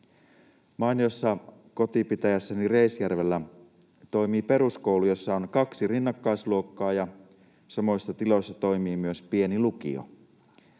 Mainiossa kotipitäjässäni Reisjärvellä toimii peruskoulu, jossa on kaksi rinnakkaisluokkaa, ja samoissa tiloissa toimii myös pieni lukio.